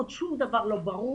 עוד שום דבר לא ברור,